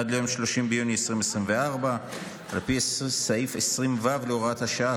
עד ליום 30 ביוני 2024. על פי סעיף 20(ו) להוראת השעה,